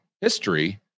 history